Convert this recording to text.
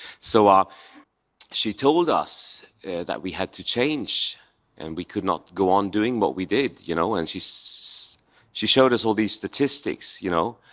so um she told us that we had to change and we could not go on doing what we did, you know. and she so she showed us all these statistics, you know.